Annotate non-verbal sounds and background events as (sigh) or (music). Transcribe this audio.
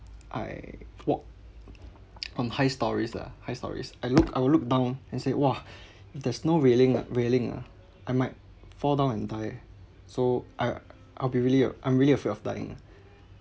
I walk (noise) on high storeys lah high storeys I look I will look down and say !wah! there's no railing ah railing ah I might fall down and die so I I'll be really ah I'm really afraid of dying